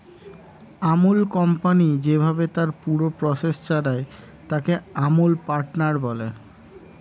আমূল company যেইভাবে তার পুরো প্রসেস চালায়, তাকে আমূল প্যাটার্ন বলে